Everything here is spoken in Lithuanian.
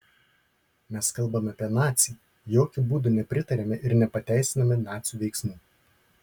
mes kalbame apie nacį jokiu būdu nepritariame ir nepateisiname nacių veiksmų